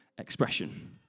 expression